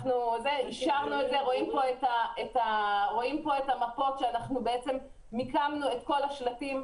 רואים פה במפות שמיקמנו את כל השלטים.